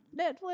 Netflix